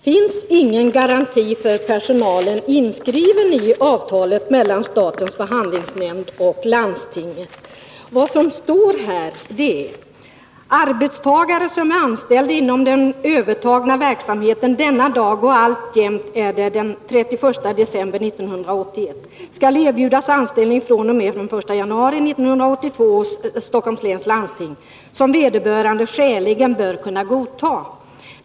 Fru talman! Det är ju faktiskt så att det finns ingen garanti för personalen inskriven i avtalet mellan statens förhandlingsnämnd och landstinget. Vad som står där är följande: ”Arbetstagare, som är anställd inom den övertagna verksamheten denna dag och alltjämt är det den 31 december 1981, skall erbjudas anställning från och med den 1 januari 1982 hos SLL som vederbörande skäligen bör kunna godta.